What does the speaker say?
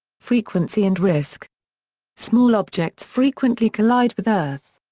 frequency and risk small objects frequently collide with earth.